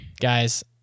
guys